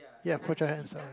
ya put your hands up